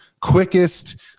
quickest